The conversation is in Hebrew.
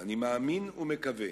ואני מאמין ומקווה